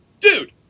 Dude